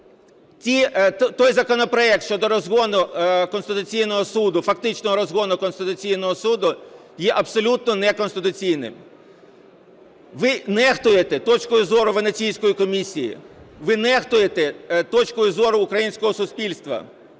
Той законопроект щодо розгону Конституційного Суду, фактичного розгону Конституційного Суду є абсолютно неконституційним. Ви нехтуєте точкою зору Венеційської комісії, ви нехтуєте точкою зору українського суспільства,